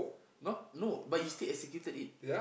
!huh! no but you still executed it